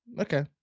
Okay